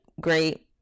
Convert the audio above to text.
great